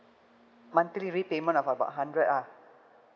monthly repayment of about hundred uh